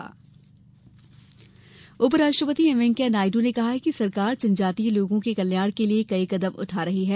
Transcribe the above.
उपराष्ट्रपति उपराष्ट्रपति एम वैंकेया नायड् ने कहा है सरकार जनजातीय लोगों के कल्याण के लिये कई कदम उठा रही है